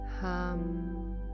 Hum